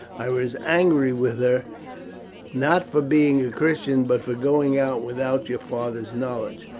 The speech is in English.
i was angry with her not for being a christian, but for going out without your father's knowledge,